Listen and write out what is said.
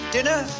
Dinner